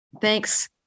thanks